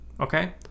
Okay